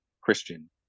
Christian